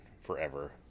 forever